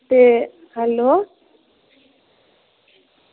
ते हैलो